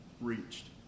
reached